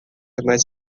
mais